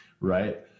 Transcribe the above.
right